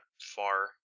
far